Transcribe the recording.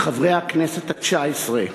הכנסת, שעה 16:00